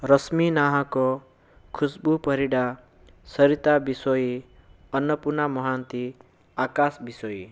Rashmi Nahak Khushbu Parida Sarita Bishoyi Annapurna Mohanty Akash Bishoi